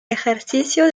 ejercicio